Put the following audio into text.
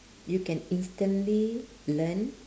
you can instantly learn